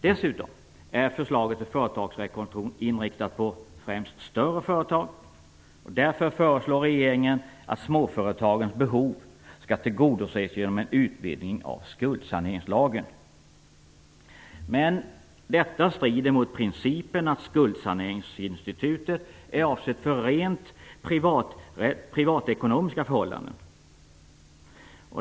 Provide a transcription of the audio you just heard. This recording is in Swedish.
Dessutom är förslaget till företagsrekonstruktion inriktat på främst större företag. Därför föreslår regeringen att småföretagens behov skall tillgodoses genom en utvidgning av skuldsaneringslagen. Men detta strider mot principen att skuldsaneringsinstitutet är avsett för rent privatekonomiska förhållanden.